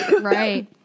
Right